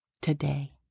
today